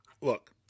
Look